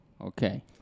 Okay